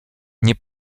nie